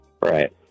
Right